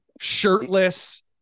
shirtless